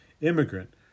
immigrant